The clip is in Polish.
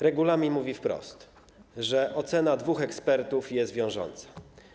Regulamin mówi wprost, że ocena dwóch ekspertów jest wiążąca.